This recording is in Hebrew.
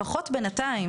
לפחות בינתיים,